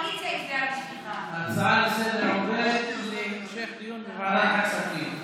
ההצעה לסדר-היום עוברת להמשך דיון בוועדת הכספים.